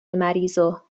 مریضو